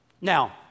Now